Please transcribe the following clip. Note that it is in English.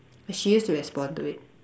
she used to respond to it